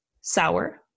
sour